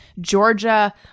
Georgia